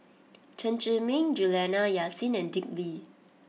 Chen Zhiming Juliana Yasin and Dick Lee